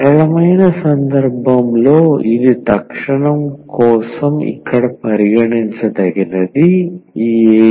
సరళమైన సందర్భంలో ఇది తక్షణం కోసం ఇక్కడ పరిగణించదగినది a0